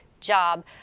job